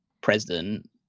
president